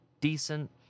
decent